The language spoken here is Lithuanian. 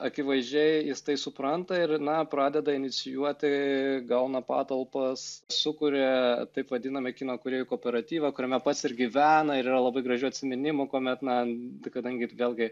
akivaizdžiai jis tai supranta ir na pradeda inicijuoti gauna patalpas sukuria taip vadinamą kino kūrėjų kooperatyvą kuriame pats ir gyvena ir yra labai gražių atsiminimų kuomet na kadangi ir vėlgi